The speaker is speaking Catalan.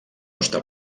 està